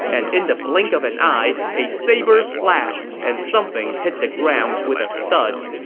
and in the blink of an eye, a saber flashed, and something hit the ground with a thud.